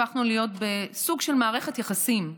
הפכנו להיות בסוג של מערכת יחסים.